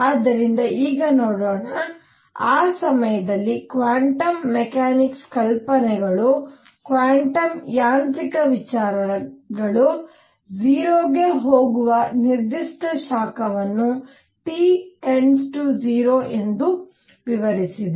ಆದ್ದರಿಂದ ಈಗ ನೋಡೋಣ ಆ ಸಮಯದಲ್ಲಿ ಕ್ವಾಂಟಮ್ ಮೆಕ್ಯಾನಿಕ್ಸ್ ಕಲ್ಪನೆಗಳು ಕ್ವಾಂಟಮ್ ಯಾಂತ್ರಿಕ ವಿಚಾರಗಳು 0 ಗೆ ಹೋಗುವ ನಿರ್ದಿಷ್ಟ ಶಾಖವನ್ನು T 0ಎಂದು ವಿವರಿಸಿದೆ